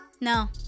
No